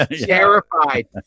terrified